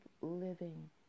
living